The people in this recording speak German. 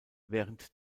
während